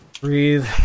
Breathe